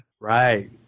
Right